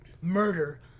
murder